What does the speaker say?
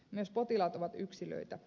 myös potilaat ovat yksilöitä